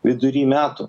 vidury metų